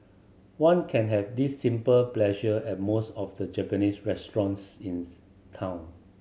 one can have this simple pleasure at most of the Japanese restaurants in town